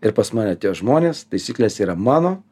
ir pas mane atėjo žmonės taisyklės yra mano